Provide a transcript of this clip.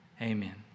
Amen